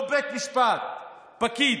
לא בית משפט, פקיד.